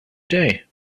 day